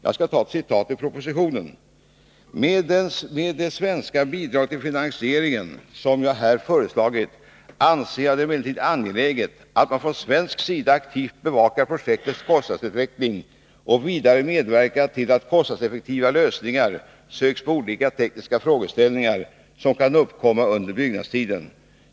Jag skall citera ur propositionen: ”Med det svenska bidrag till finansieringen, som jag här föreslagit, anser jag det emellertid angeläget att man från svensk sida aktivt bevakar projektets kostnadsutveckling och vidare medverkar till att kostnadseffektiva lösningar söks på olika tekniska frågeställningar som kan uppkomma under byggnadstiden.